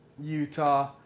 Utah